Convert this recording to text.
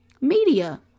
Media